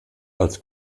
als